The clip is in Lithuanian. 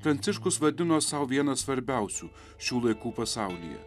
pranciškus vadino sau viena svarbiausių šių laikų pasaulyje